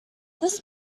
this